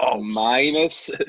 minus